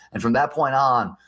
and from that point on,